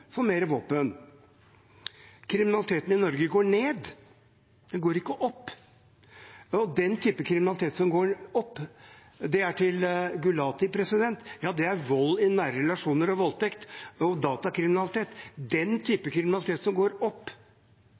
våpen. Kriminaliteten i Norge går ned, den går ikke opp. Den type kriminalitet som går opp – og dette er til representanten Gulati – er vold i nære relasjoner, voldtekt og datakriminalitet. Den type kriminalitet som går opp,